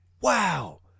Wow